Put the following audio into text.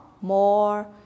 more